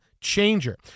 Changer